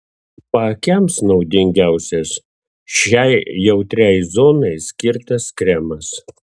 paakiams naudingiausias šiai jautriai zonai skirtas kremas